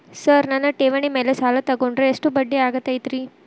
Sir ನನ್ನ ಠೇವಣಿ ಮೇಲೆ ಸಾಲ ತಗೊಂಡ್ರೆ ಎಷ್ಟು ಬಡ್ಡಿ ಆಗತೈತ್ರಿ?